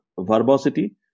verbosity